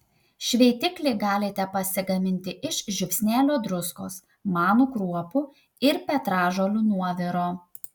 šveitiklį galite pasigaminti iš žiupsnelio druskos manų kruopų ir petražolių nuoviro